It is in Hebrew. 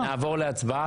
נעבור להצבעה.